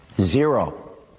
zero